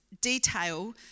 detail